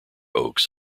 oaks